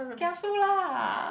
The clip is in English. kiasu lah